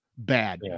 bad